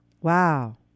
Wow